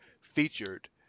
featured